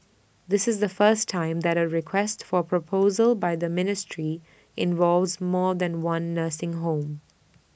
this is the first time that A request for proposal by the ministry involves more than one nursing home